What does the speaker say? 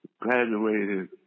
graduated